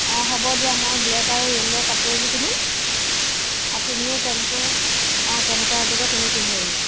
অঁ হ'ব দিয়া মই ব্লেক আৰু য়েল্ল' কাপোৰ এযোৰ পিন্ধিম আৰু তুমিও তেনেকৈ অঁ তেনেকুৱা এযোৰকে তুমি পিন্ধি আহিবা